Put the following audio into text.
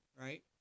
right